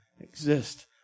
exist